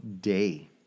day